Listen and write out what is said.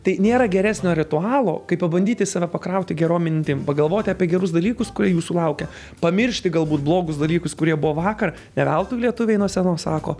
tai nėra geresnio ritualo kaip pabandyti save pakrauti gerom mintim pagalvoti apie gerus dalykus kurie jūsų laukia pamiršti galbūt blogus dalykus kurie buvo vakar ne veltui lietuviai nuo seno sako